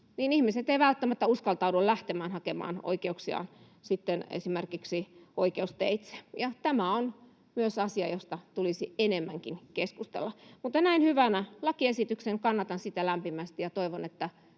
niin ihmiset eivät välttämättä uskaltaudu lähtemään hakemaan oikeuksiaan sitten esimerkiksi oikeusteitse, ja tämä on myös asia, josta tulisi enemmänkin keskustella. Näen lakiesityksen hyvänä, kannatan sitä lämpimästi ja toivon, että